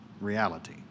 reality